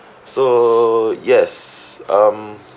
so yes um